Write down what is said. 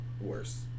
worse